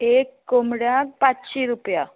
एक कोंबड्याक पांचशी रुपया